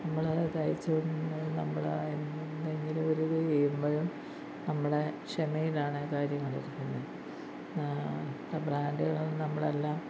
നമ്മൾ തയ്ച്ച് നമ്മൾ എന്തെങ്കിലും ഒരു ഇത് ചെയ്യുമ്പോഴും നമ്മുടെ ക്ഷമയിലാണ് കാര്യങ്ങൾ ഇരിക്കുന്നത് ബ്രാൻഡുകൾ നമ്മളെല്ലാം